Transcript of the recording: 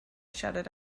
shouted